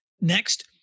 Next